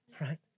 right